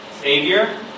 Savior